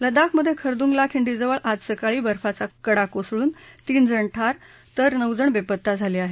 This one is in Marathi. लडाखमधे खरदुंग ला खिंडीजवळ आज सकाळी बर्फाचा कडा कोसळून तीनजण ठार तर नऊजण बेपत्ता झाले आहेत